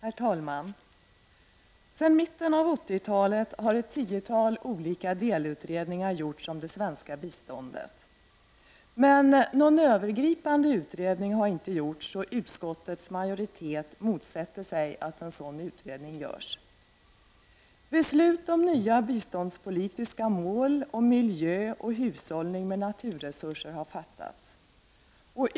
Herr talman! Sedan mitten av 1980-talet har ett tiotal olika delutredningar gjorts om det svenska biståndet. Men någon övergripande utredning har inte gjorts, och utskottets majoritet motsätter sig att en sådan utredning görs. Beslut om nya biståndspolitiska mål när det gäller miljö och hushållning med naturresurser har fattats.